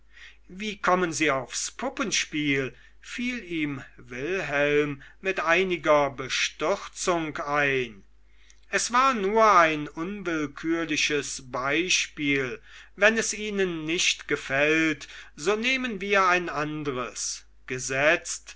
wie kommen sie aufs puppenspiel fiel ihm wilhelm mit einiger bestürzung ein es war nur ein willkürliches beispiel wenn es ihnen nicht gefällt so nehmen wir ein andres gesetzt